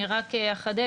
אני רק אחדד,